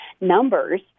numbers